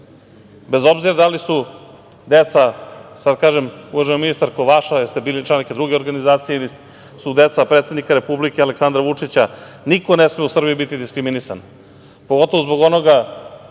bez obzira da li su deca, sada kažem uvažena ministarko, vaša jer ste bili član neke druge organizacije ili su deca predsednika Republike Aleksandra Vučića, niko ne sme u Srbiji biti diskriminisan, pogotovo zbog onoga